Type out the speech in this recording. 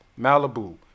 Malibu